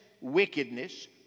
wickedness